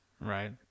Right